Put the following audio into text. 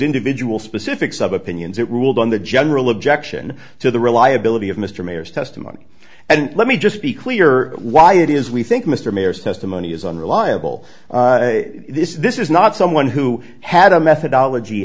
individual specifics of opinions it ruled on the general objection to the reliability of mr mayor's testimony and let me just be clear why it is we think mr mayer says the money is unreliable this is this is not someone who had a methodology